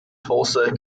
tulsa